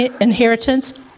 inheritance